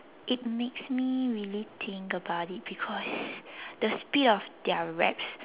it makes me really think about it because the speed of their rap